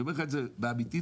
אני אומר לך את זה באופן אמיתי.